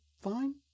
fine